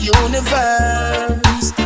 universe